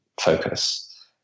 focus